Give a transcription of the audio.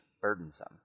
burdensome